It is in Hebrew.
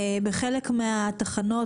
בחלק מהתחנות,